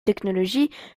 technologies